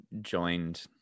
joined